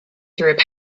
through